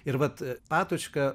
ir vat patočka